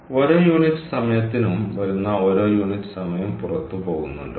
അതിനാൽ ഓരോ യൂണിറ്റ് സമയത്തിനും വരുന്ന ഓരോ യൂണിറ്റ് സമയവും പുറത്തുപോകുന്നുണ്ടോ